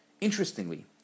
Interestingly